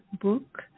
book